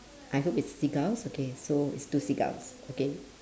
I hope it's seagulls okay so it's two seagulls okay